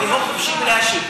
והוא חופשי מלהשיב.